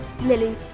Lily